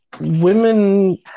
Women